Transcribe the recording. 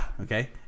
Okay